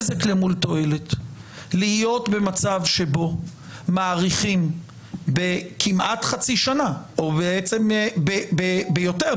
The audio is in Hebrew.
להיות במצב שבו מאריכים בכמעט חצי שנה או בעצם ביותר,